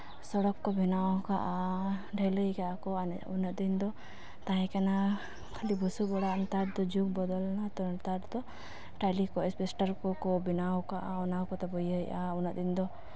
ᱥᱚᱲᱚᱠ ᱠᱚ ᱵᱮᱱᱟᱣᱟᱠᱟᱜᱼᱟ ᱰᱷᱟᱹᱞᱟᱹᱭᱟᱠᱟᱜᱼᱟ ᱠᱚ ᱟᱨ ᱩᱱᱟᱹᱜ ᱫᱤᱱ ᱫᱚ ᱛᱟᱦᱮᱸᱠᱟᱱᱟ ᱠᱷᱟᱹᱞᱤ ᱵᱩᱥᱩᱵᱽ ᱚᱲᱟᱜ ᱱᱮᱛᱟᱨ ᱫᱚ ᱡᱩᱜᱽ ᱵᱚᱫᱚᱞᱱᱟ ᱛᱚ ᱱᱮᱛᱟᱨ ᱫᱚ ᱴᱟᱞᱤ ᱠᱚ ᱮᱥᱵᱮᱥᱴᱟᱨ ᱠᱚᱠᱚ ᱵᱮᱱᱟᱣᱟᱠᱟᱜᱼᱟ ᱚᱱᱟ ᱠᱚᱛᱮ ᱠᱚ ᱤᱭᱟᱹᱭᱮᱜᱼᱟ ᱩᱱᱟᱹᱜ ᱫᱤᱱ ᱫᱚ